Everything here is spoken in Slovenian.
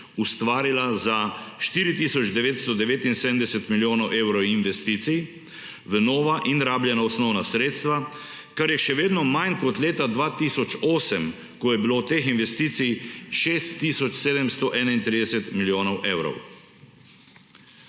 ustvarila za 4 tisoč 979 milijonov evrov investicij v nova in rabljena osnovna sredstva, kar ja še vedno manj kot leta 2008, ko je bilo teh investicij 6 tisoč 731 milijonov evrov.